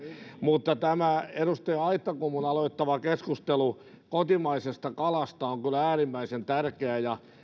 mutta tämä edustaja aittakummun aloittama keskustelu kotimaisesta kalasta on kyllä äärimmäisen tärkeä ja